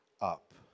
up